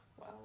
Wow